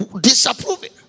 Disapproving